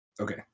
Okay